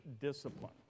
discipline